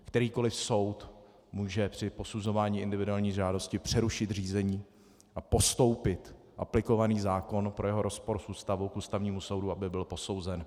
Kterýkoliv soud může při posuzování individuální žádosti přerušit řízení a postoupit aplikovaný zákon pro jeho rozpor s Ústavou k Ústavnímu soudu, aby byl posouzen.